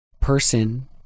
person